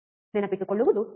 ನೆನಪಿಟ್ಟುಕೊಳ್ಳುವುದು ಸುಲಭ